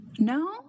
No